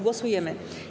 Głosujemy.